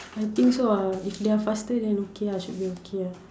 I think so lah if they're faster than okay lah should be okay lah